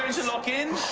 lock in.